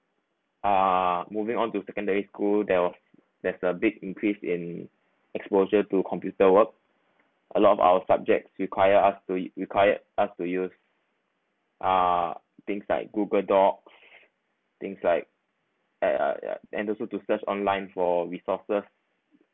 uh moving on to secondary school there was there's a big increase in exposure to computer work a lot of our subjects require us to require us to use uh things like google docs things like uh and also to search online for resources